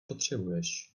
potřebuješ